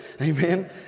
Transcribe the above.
Amen